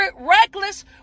reckless